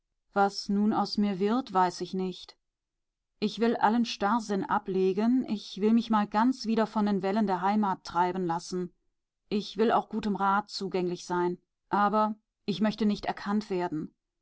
was nun aus mir wird weiß ich nicht ich will allen starrsinn ablegen ich will mich mal ganz wieder von den wellen der heimat treiben lassen ich will auch gutem rat zugänglich sein aber ich möchte nicht erkannt werden